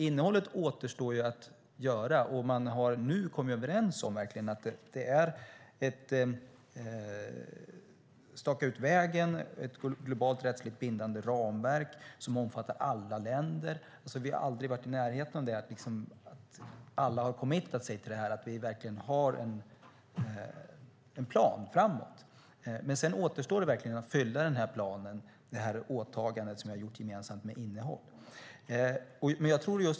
Innehållet återstår att skapa, och nu har man kommit överens om att staka ut vägen och att få ett globalt rättsligt bindande ramverk, som alltså omfattar alla länder. Vi har aldrig tidigare varit i närheten av att alla "commitat" sig att verkligen ha en plan framåt. Sedan återstår det att fylla den planen, det åtagande som gjorts gemensamt, med innehåll.